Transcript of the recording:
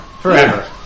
forever